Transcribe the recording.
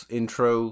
intro